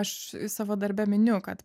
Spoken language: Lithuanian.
aš savo darbe miniu kad